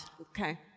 Okay